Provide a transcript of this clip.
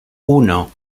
uno